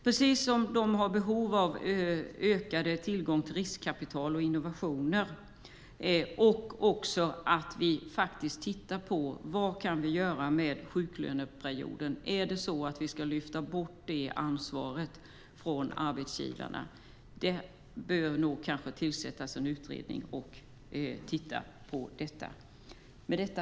De har även behov av ökad tillgång till riskkapital och innovationer och även att vi tittar på vad vi kan göra med sjuklöneperioden. Ska vi lyfta bort detta ansvar från arbetsgivarna? Det bör kanske tillsättas en utredning som kan se över detta.